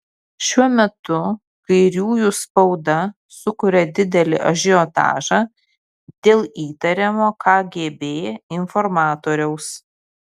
šiuo metu kairiųjų spauda sukuria didelį ažiotažą dėl įtariamo kgb informatoriaus